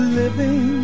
living